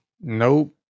Nope